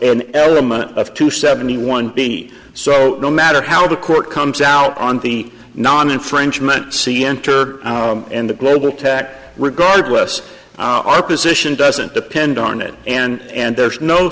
an element of two seventy one b so no matter how the court comes out on the non infringement see entered in the global tat regardless our position doesn't depend on it and there's no